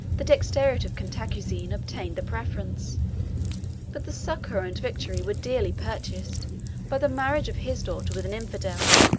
the dexterity of cantacuzene obtained the preference but the succor and victory were dearly purchased by the marriage of his daughter with an infidel,